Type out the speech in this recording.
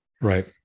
Right